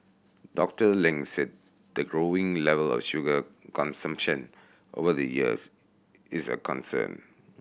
Doctor Ling said the growing level of sugar consumption over the years is a concern